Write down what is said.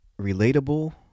relatable